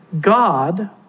God